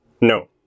No